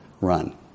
run